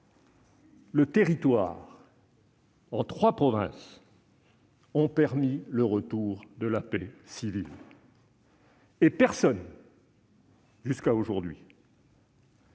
le territoire en trois provinces, ont permis le retour à la paix civile. Personne, jusqu'à aujourd'hui,